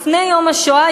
לפני יום השואה,